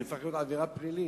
זה נהפך להיות עבירה פלילית.